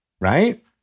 right